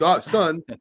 son